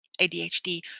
ADHD